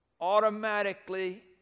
automatically